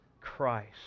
Christ